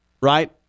right